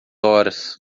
horas